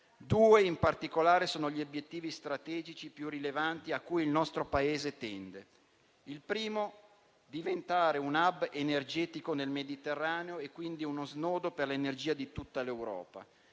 Due in particolare sono gli obiettivi strategici più rilevanti a cui il nostro Paese tende: il primo è diventare un *hub* energetico nel Mediterraneo e quindi uno snodo per l'energia di tutta l'Europa